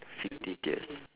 fictitious